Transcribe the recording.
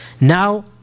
Now